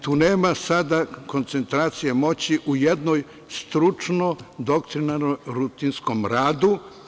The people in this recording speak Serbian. Tu nema sada koncentracije moći u jednoj stručno-doktrinarno-rutinskom radu.